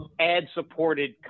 ad-supported